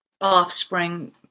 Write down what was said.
offspring